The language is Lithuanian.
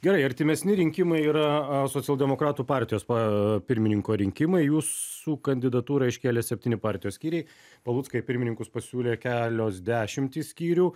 gerai artimesni rinkimai yra socialdemokratų partijos pa pirmininko rinkimai jūsų kandidatūrą iškėlė septyni partijos skyriai palucką į pirmininkus pasiūlė kelios dešimtys skyrių